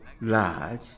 large